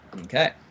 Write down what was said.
Okay